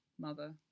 mother